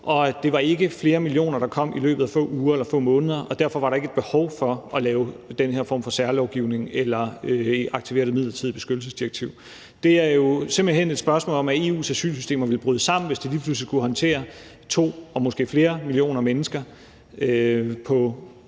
det var ikke flere millioner, der kom i løbet af få uger eller få måneder, og derfor var der ikke et behov for at lave den her form for særlovgivning eller aktivere det midlertidige beskyttelsesdirektiv. Det er jo simpelt hen et spørgsmål om, at EU's asylsystemer ville bryde sammen, hvis de lige pludselig skulle håndtere to og måske flere millioner mennesker i